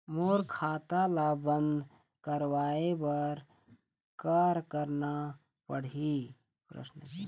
मोर खाता ला बंद करवाए बर का करना पड़ही?